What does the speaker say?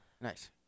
Nice